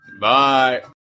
Bye